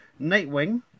Nightwing